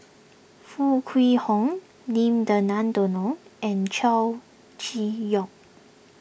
Foo Kwee Horng Lim Denan Denon and Chow Chee Yong